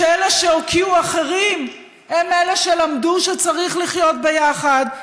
שאלה שהוקיעו אחרים הם אלה שלמדו שצריך לחיות ביחד,